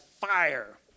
fire